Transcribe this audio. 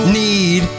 need